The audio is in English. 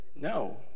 no